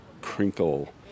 crinkle